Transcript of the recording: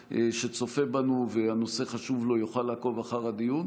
שצופה בנו והנושא חשוב לו יוכל לעקוב אחר הדיון.